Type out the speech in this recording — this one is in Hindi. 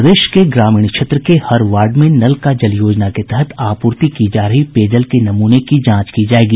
प्रदेश के ग्रामीण क्षेत्र के हर वार्ड में नल का जल योजना के तहत आपूर्ति की जा रही पेयजल के नमूने की जांच की जायेगी